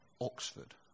Oxford